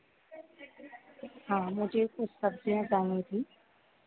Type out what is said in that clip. हाँ मुझे कुछ सब्ज़ियाँ चाहिए थी